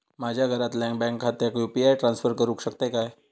माझ्या घरातल्याच्या बँक खात्यात यू.पी.आय ट्रान्स्फर करुक शकतय काय?